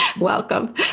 Welcome